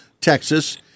Texas